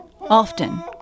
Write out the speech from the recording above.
often